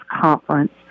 conference